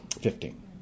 Fifteen